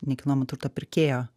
nekilnojamo turto pirkėjo